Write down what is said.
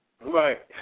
Right